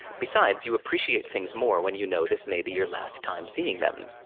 besides, you appreciate things more when you know this may be your last time seeing them.